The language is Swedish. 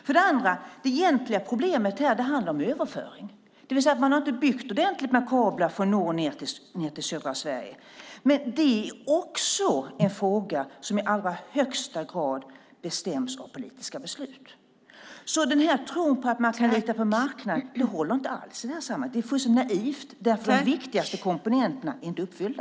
För det andra handlar det egentliga problemet om överföring; man har inte byggt ordentligt med kablar för att nå ned till södra Sverige. Men också det är en fråga som i allra högsta grad bestäms av politiska beslut. Tron på att man kan lita på marknaden håller inte alls i det här sammanhanget. Det är i stället fullständigt naivt därför att de viktigaste komponenterna inte är uppfyllda.